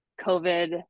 COVID